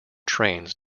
trains